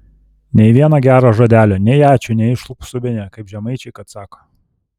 nei vieno gero žodelio nei ačiū nei išlupk subinę kaip žemaičiai kad sako